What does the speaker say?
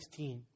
16